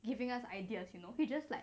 giving us ideas you know he just like